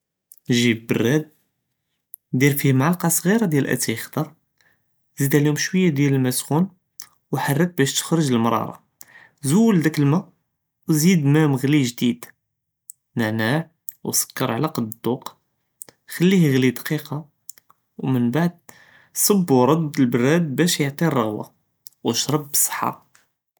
ג׳יבּ בּראד، דיר פיה מעַלְק סְע׳ירה דיאל אתאי אכּ׳דר، זיד עליהם שוִי דיאל מא סְח׳ון، וחרּכּ באש תְכרג למראְרה، זול דכּ אלמא، זיד מא מְעְ׳לי גְדִיד، נַעְנַאע וְסכּר עלא קד דוק, כלִיהום יגְלו דקִיקה، ומנבּעד צבּ ורד פלאבּראד בא יעטי אלרעְ׳בּה، ורק בּסהַה.